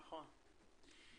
נכון.